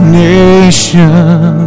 nation